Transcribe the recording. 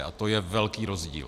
A to je velký rozdíl.